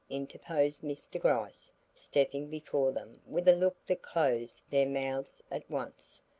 interposed mr. gryce stepping before them with a look that closed their mouths at once.